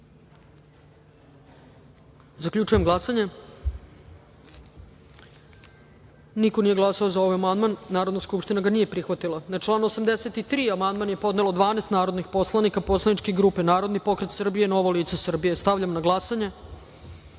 amandman. Zaključujem glasanje: niko nije glasao za ovaj amandman. Narodna skupština ga nije prihvatila. Na član 87. amandman je podnelo 12 narodnih poslanika poslaničke grupe Narodni pokret Srbije – Novo lice Srbije. Stavljam na glasanje